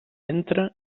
entra